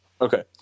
Okay